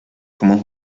como